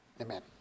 Amen